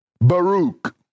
Baruch